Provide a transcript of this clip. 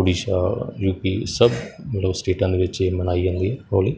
Orissa U P ਸਭ ਜਿਹੜਾ ਸਟੇਟਾਂ ਦੇ ਵਿੱਚ ਇਹ ਮਨਾਈ ਜਾਂਦੀ ਹੋਲੀ